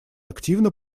активно